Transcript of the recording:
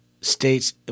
states –